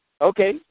Okay